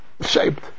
shaped